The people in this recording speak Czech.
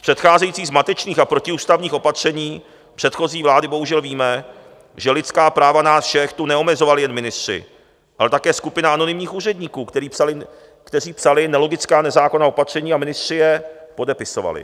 Z předcházejících zmatečných a protiústavních opatření předchozí vlády bohužel víme, že lidská práva nás všech tu neomezovali jen ministři, ale také skupina anonymních úředníků, kteří psali nelogická nezákonná opatření, a ministři je podepisovali.